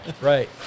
Right